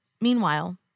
Meanwhile